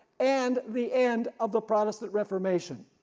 and the end of the protestant reformation.